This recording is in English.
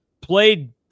played